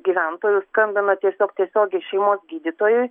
gyventojų skambina tiesiog tiesiogiai šeimos gydytojui